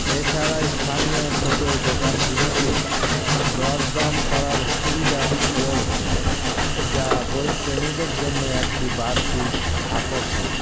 এছাড়া স্থানীয় ছোটো দোকানগুলিতে দরদাম করার সুবিধা রয়েছে যা বইপ্রেমীদের জন্য একটি বাড়তি আকর্ষণ